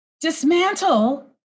dismantle